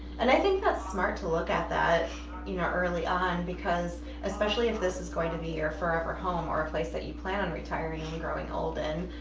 and i think that's smart to look at that you know early on because especially if this is going to be your forever home, or a place that you plan on retiring and growing old in,